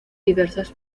diversas